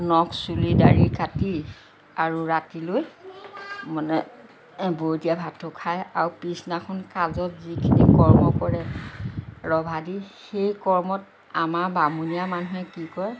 নখ চুলি দাড়ি কাটি আৰু ৰাতিলৈ মানে বৰতীয়া ভাতটো খায় আৰু পিছদিনাখন কাজত যিখিনি কৰ্ম কৰে ৰভা দি সেই কৰ্মত আমাৰ বামুণীয়া মানুহে কি কৰে